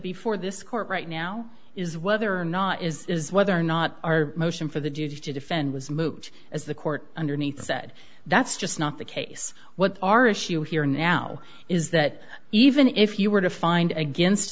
before this court right now is whether or not is whether or not our motion for the duty to defend was moot as the court underneath said that's just not the case what are issue here now is that even if you were to find against